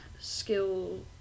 skill